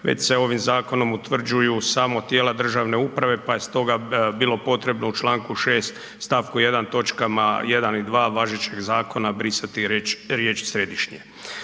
već se ovim zakonom utvrđuju samo tijela državne uprave pa je stoga bilo potrebno u članku 6., točkama 1. i 2. važećeg zakona brisati riječ: „središnje“.